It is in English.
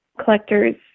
collectors